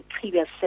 previous